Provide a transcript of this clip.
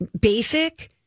basic